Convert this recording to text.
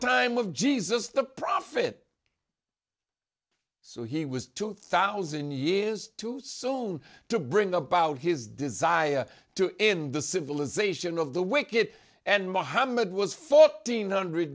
time of jesus the profit so he was two thousand years too soon to bring about his desire to end the civilization of the wicked and mohammed was fourteen hundred